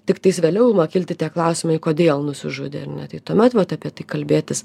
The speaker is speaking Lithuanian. tiktais vėliau ima kilti tie klausimai kodėl nusižudė ar ne tai tuomet vat apie tai kalbėtis